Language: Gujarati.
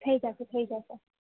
થઈ જશે થઈ જશે